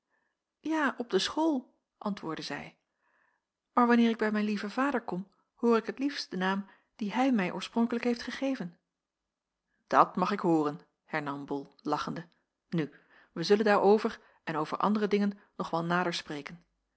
ja op de school antwoordde zij maar wanneer ik bij mijn lieven vader kom hoor ik t liefst den naam dien hij mij oorspronkelijk heeft gegeven dat mag ik hooren hernam bol lachende nu wij zullen daarover en over andere dingen nog wel nader spreken